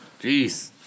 Jeez